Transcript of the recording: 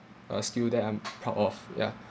a skill that I'm proud of ya